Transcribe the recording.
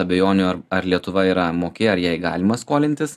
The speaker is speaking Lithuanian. abejonių ar ar lietuva yra moki ar jai galima skolintis